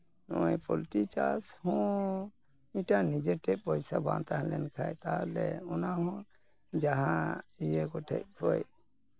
ᱱᱚᱜᱼᱚᱸᱭ ᱯᱳᱞᱴᱤ ᱪᱟᱥ ᱦᱚᱸ ᱢᱤᱫᱴᱟᱱ ᱱᱤᱡᱮ ᱴᱷᱮᱡ ᱯᱚᱭᱥᱟ ᱵᱟᱝ ᱛᱟᱦᱮᱸ ᱞᱮᱱᱠᱷᱟᱡ ᱛᱟᱦᱚᱞᱮ ᱚᱱᱟ ᱦᱚᱸ ᱡᱟᱦᱟᱸ ᱤᱭᱟᱹ ᱠᱚᱴᱷᱮᱡ ᱠᱷᱚᱡ